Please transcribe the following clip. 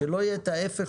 שלא יהיה ההפך,